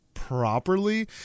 properly